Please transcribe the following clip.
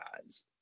guys